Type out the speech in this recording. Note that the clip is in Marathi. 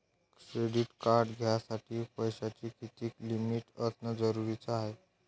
क्रेडिट कार्ड घ्यासाठी पैशाची कितीक लिमिट असनं जरुरीच हाय?